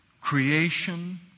creation